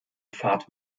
pfad